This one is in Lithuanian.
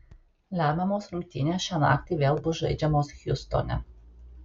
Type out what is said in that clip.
lemiamos rungtynės šią naktį vėl bus žaidžiamos hjustone